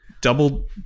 Double